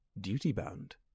duty-bound